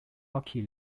hockey